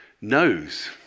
knows